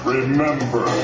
Remember